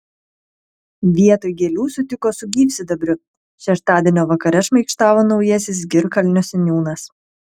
vietoj gėlių sutiko su gyvsidabriu šeštadienio vakare šmaikštavo naujasis girkalnio seniūnas